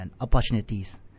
opportunities